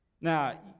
Now